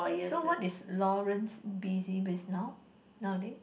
so what is Lawrance busy with now nowaday